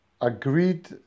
agreed